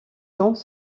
tons